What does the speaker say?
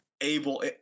able